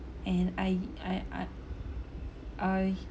and I I I I